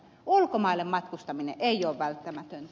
ulkomaille matkustaminen ei ole välttämätöntä